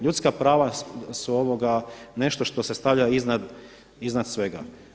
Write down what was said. Ljudska prava su nešto što se stavlja iznad svega.